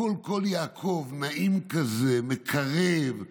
הקול קול יעקב, נעים כזה ומקרב.